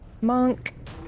Monk